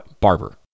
Barber